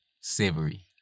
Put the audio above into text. Savory